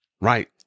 Right